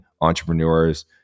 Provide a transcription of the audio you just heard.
entrepreneurs